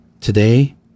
Today